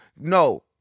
no